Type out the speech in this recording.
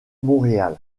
montréal